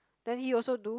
then he also do